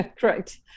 correct